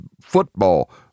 football